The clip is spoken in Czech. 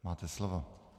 Máte slovo.